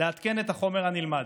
לעדכן את החומר הנלמד,